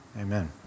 Amen